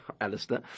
Alistair